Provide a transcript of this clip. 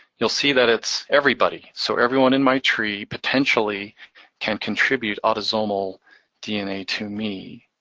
you'll see that it's everybody. so everyone in my tree potentially can contribute autosomal dna to me.